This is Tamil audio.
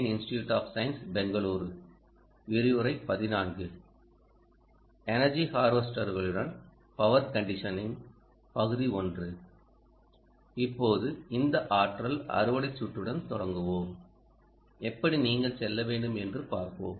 இப்போது இந்த ஆற்றல் அறுவடை சுற்றுடன் தொடங்குவோம் எப்படி நீங்கள் செல்ல வேண்டும் என்று பார்ப்போம்